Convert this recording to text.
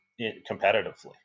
competitively